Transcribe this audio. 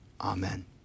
Amen